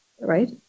right